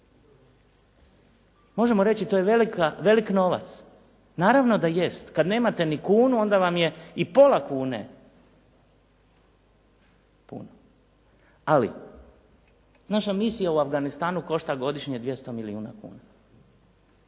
Možemo reći, to je velik novac. Naravno da jest, kad nemate ni kunu onda vam je i pola kune puno. Ali, naša misija u Afganistanu košta godišnje 200 milijuna kuna.